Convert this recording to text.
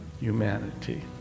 humanity